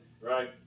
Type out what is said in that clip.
Right